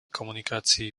komunikácií